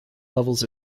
levels